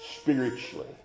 spiritually